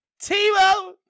Timo